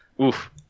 Oof